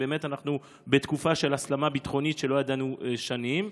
שאנחנו באמת בתקופה של הסלמה ביטחונית שלא ידענו שנים?